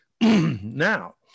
Now